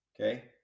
okay